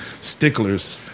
sticklers